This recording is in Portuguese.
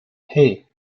hey